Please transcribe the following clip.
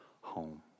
home